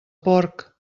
porc